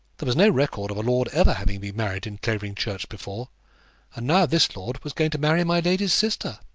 there was no record of a lord ever having been married in clavering church before and now this lord was going to marry my lady's sister.